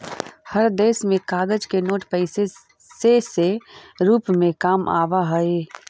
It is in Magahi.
हर देश में कागज के नोट पैसे से रूप में काम आवा हई